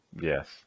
Yes